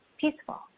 peaceful